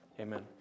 Amen